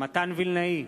מתן וילנאי,